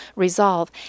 Resolve